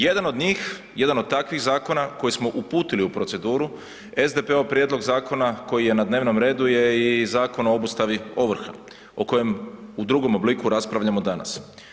Jedan od njih, jedan od takvih zakona koje smo uputili u proceduru, SDP-ov prijedlog zakona koji je na dnevnom redu je i Zakon o obustavi ovrha o kojem u drugom obliku raspravljamo danas.